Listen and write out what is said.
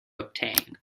obtain